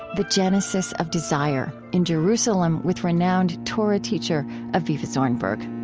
the genesis of desire in jerusalem with renowned torah teacher avivah zornberg